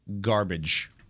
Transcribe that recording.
garbage